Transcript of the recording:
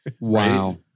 Wow